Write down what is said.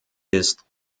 ist